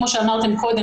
כמו שאמרתם קודם,